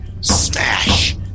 smash